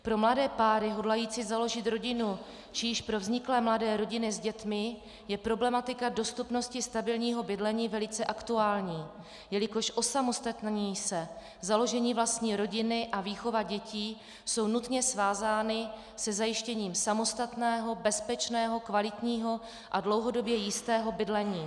Pro mladé páry hodlající založit rodinu či již pro vzniklé mladé rodiny s dětmi je problematika dostupnosti stabilního bydlení velice aktuální, jelikož osamostatnění se, založení vlastní rodiny a výchova dětí jsou nutně svázány se zajištěním samostatného, bezpečného, kvalitního a dlouhodobě jistého bydlení.